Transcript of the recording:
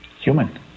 human